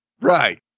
Right